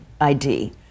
ID